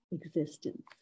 existence